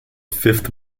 fifth